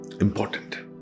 important